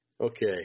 Okay